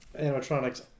animatronics